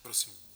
Prosím.